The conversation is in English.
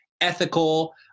ethical